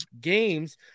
games